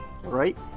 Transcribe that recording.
Right